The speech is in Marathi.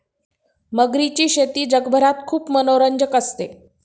मगरीची शेती जगभरात खूप मनोरंजक असते